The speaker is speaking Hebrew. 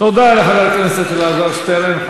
תודה לחבר הכנסת אלעזר שטרן.